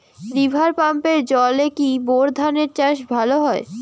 River পাম্পের জলে কি বোর ধানের চাষ ভালো হয়?